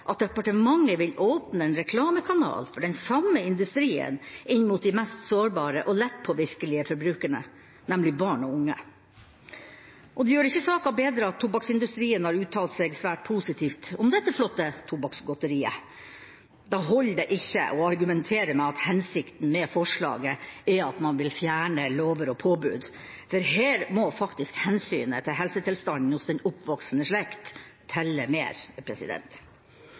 at departementet vil åpne en reklamekanal for den samme industrien inn mot de mest sårbare og lettpåvirkelige forbrukerne, nemlig barn og unge. Det gjør ikke saken bedre at tobakksindustrien har uttalt seg svært positivt om dette flotte tobakksgodteriet. Da holder det ikke å argumentere med at hensikten med forslaget er at man vil fjerne lover og påbud, for her må faktisk hensynet til helsetilstanden hos den oppvoksende slekt telle mer.